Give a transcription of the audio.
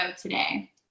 today